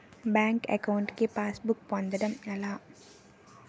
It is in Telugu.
బ్యాంక్ అకౌంట్ కి పాస్ బుక్ పొందడం ఎలా?